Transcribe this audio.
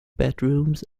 bedrooms